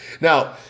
Now